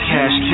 Cash